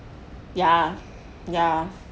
ya ya